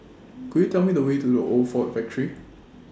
Could YOU Tell Me The Way to The Old Ford Factory